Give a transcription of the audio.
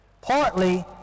partly